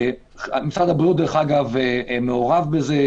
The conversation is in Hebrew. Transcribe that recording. משרד הבריאות מעורב בזה.